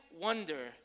wonder